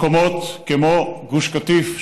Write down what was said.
מקומות כמו גוש קטיף,